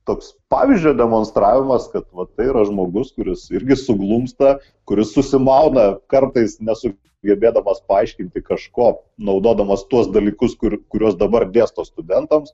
toks pavyzdžio demonstravimas kad vat tai yra žmogus kuris irgi suglumsta kuris susimauna kartai nesugebėdamas paaiškinti kažko naudodamas tuos dalykus kur kuriuos dabar dėsto studentams